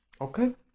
Okay